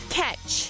catch